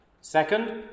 Second